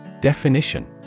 Definition